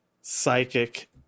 psychic